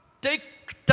Take